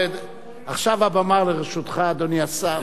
עכשיו הבמה לרשותך, אדוני השר.